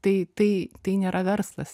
tai tai tai nėra verslas